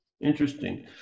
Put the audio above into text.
Interesting